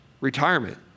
Retirement